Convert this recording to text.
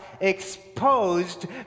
exposed